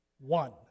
One